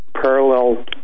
parallel